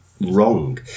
wrong